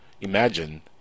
imagine